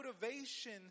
motivation